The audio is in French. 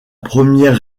première